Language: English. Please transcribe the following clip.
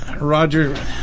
Roger